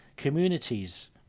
communities